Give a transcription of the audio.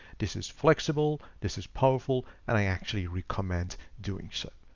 this is flexible, this is powerful and i actually recommend doing so.